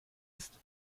ist